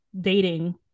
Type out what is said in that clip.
dating